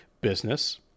business